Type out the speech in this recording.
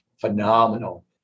Phenomenal